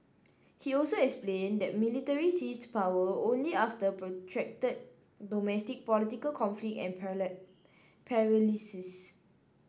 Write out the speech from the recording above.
he also explained that military seized power only after protracted domestic political conflict and paralysis